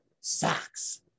socks